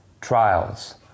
trials